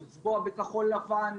לצבוע בכחול לבן,